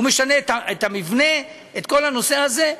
הוא משנה את המבנה, את כל הנושא הזה.